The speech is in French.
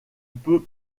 peut